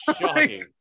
shocking